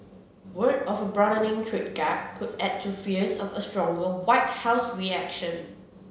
word of a broadening trade gap could add to fears of a stronger White House reaction